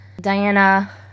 Diana